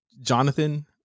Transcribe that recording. Jonathan